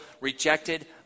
rejected